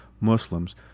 Muslims